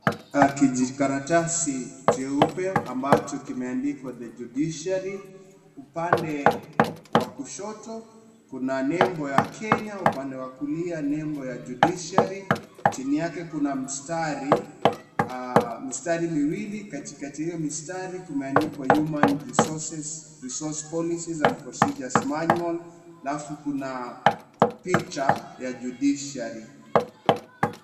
Kijikaratasi cheupe ambacho kimeandikwa The Judiciary. Upande wa kushoto kuna nembo ya Kenya, upande wa kulia nembe ya Judiciary. Chini yake kuna mistari miwili. Katikati ya hio mistari kumeandikwa human resource policies and procedures manual halafu kuna picha ya judiciary.